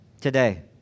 today